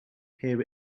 here